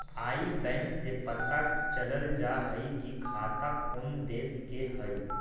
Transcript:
आई बैन से पता चल जा हई कि खाता कउन देश के हई